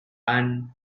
and